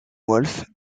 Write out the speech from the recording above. wolf